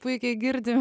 puikiai girdim